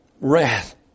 wrath